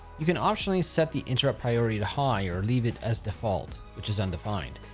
you can optionally set the interrupt priority to high or leave it as default, which is undefined.